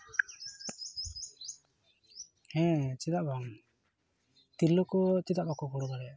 ᱦᱮᱸ ᱪᱮᱫᱟᱜ ᱵᱟᱝ ᱛᱤᱨᱞᱟᱹ ᱠᱚ ᱪᱮᱫᱟᱜ ᱵᱟᱠᱚ ᱜᱚᱲᱚ ᱫᱟᱲᱮᱭᱟᱜᱼᱟ